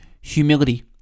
Humility